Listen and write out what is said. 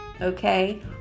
Okay